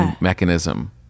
mechanism